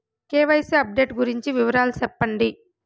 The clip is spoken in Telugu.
కె.వై.సి అప్డేట్ గురించి వివరాలు సెప్పండి?